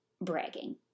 bragging